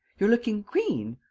you're looking green.